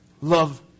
Love